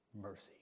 mercy